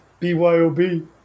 BYOB